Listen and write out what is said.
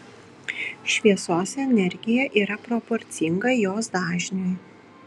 šviesos energija yra proporcinga jos dažniui